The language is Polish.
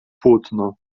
płótno